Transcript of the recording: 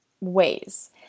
ways